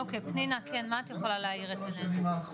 אוקי, פנינה, מה את יכולה להאיר את עינינו?